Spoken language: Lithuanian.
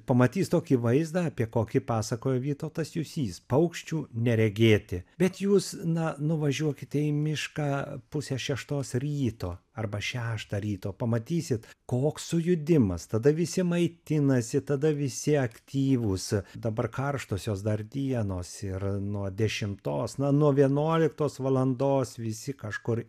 pamatys tokį vaizdą apie kokį pasakojo vytautas jusys paukščių neregėti bet jūs na nuvažiuokite į mišką pusę šeštos ryto arba šeštą ryto pamatysit koks sujudimas tada visi maitinasi tada visi aktyvūs dabar karštosios dar dienos ir nuo dešimtos na nuo vienuoliktos valandos visi kažkur